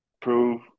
prove